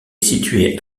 située